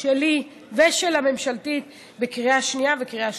שלי ואת הממשלתית בקריאה שנייה וקריאה שלישית.